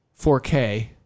4K